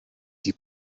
die